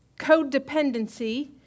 codependency